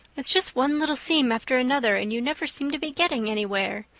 it's just one little seam after another and you never seem to be getting anywhere.